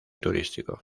turístico